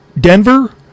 Denver